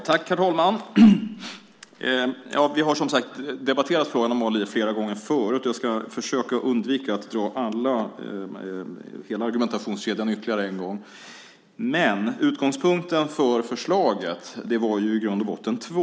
Herr talman! Vi har, som sagt, debatterat frågan om ALI flera gånger förut. Jag ska försöka undvika att dra hela argumentationskedjan ytterligare en gång. Utgångspunkterna för förslaget var i grund och botten två.